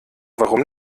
warum